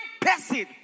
person